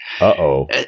Uh-oh